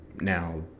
Now